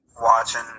watching